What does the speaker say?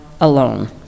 alone